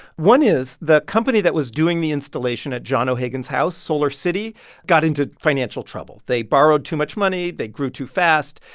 one is the company that was doing the installation at john o'hagan's house, solarcity, got into financial trouble. they borrowed too much money. they grew too fast.